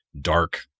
dark